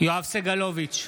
יואב סגלוביץ'